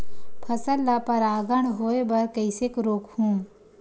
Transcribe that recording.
फसल ल परागण होय बर कइसे रोकहु?